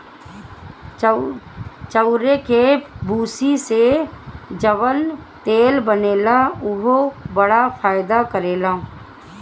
चाउरे के भूसी से जवन तेल बनेला उहो बड़ा फायदा करेला